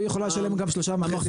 והיא יכולה לשלם גם 3.5 מיליון.